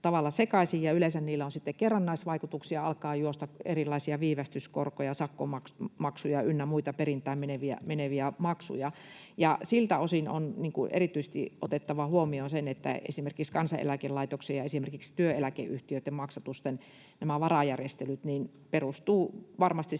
sekaisin. Yleensä niillä on sitten kerrannaisvaikutuksia: alkaa juosta erilaisia viivästyskorkoja, sakkomaksuja ynnä muita perintään meneviä maksuja. Siltä osin on erityisesti otettava huomioon se, että esimerkiksi Kansaneläkelaitoksen ja esimerkiksi työeläkeyhtiöitten maksatusten nämä varajärjestelyt perustuvat varmasti